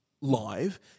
live